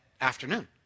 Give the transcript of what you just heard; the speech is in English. afternoon